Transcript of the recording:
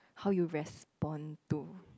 how you respond to